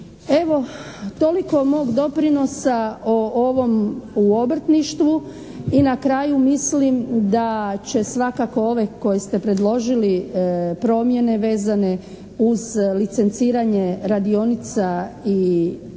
Evo, toliko mog doprinosa o ovom, u obrtništvu i na kraju mislim da će svakako ove koje ste predložili promjene vezane uz licenciranje radionica i onih